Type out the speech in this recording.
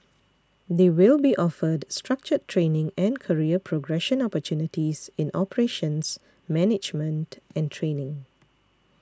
they will be offered structured training and career progression opportunities in operations management and training